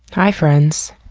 hi, friends.